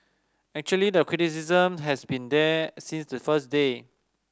actually the criticism has been there since the first day